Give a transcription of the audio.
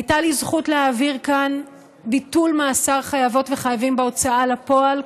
הייתה לי הזכות להעביר כאן ביטול מאסר חייבות וחייבים בהוצאה לפועל,